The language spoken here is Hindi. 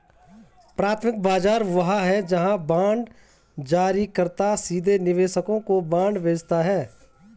प्राथमिक बाजार वह है जहां बांड जारीकर्ता सीधे निवेशकों को बांड बेचता है